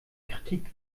kritik